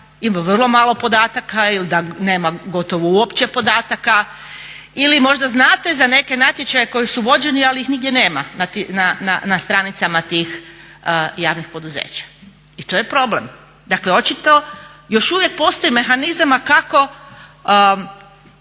ima vrlo malo podataka ili da nema gotovo uopće podataka. Ili možda znate za neke natječaje koji su vođeni, ali ih nigdje nema na stranicama tih javnih poduzeća. I to je problem. Dakle, očito još uvijek postoji mehanizam kako